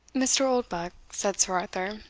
mr. oldbuck, said sir arthur,